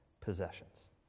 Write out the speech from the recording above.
possessions